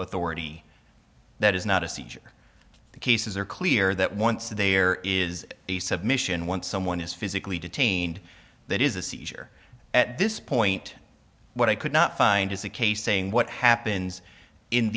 authority that is not a seizure the cases are clear that once there is a submission once someone is physically detained that is a seizure at this point what i could not find is the case saying what happens in